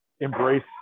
embrace